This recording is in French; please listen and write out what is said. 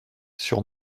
sur